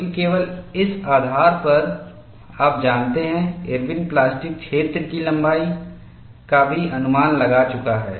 क्योंकि केवल इस आधार पर आप जानते हैं इरविन प्लास्टिक क्षेत्र की लंबाई का भी अनुमान लगा चुका है